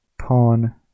pawn